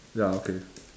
ya okay